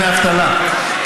דמי אבטלה,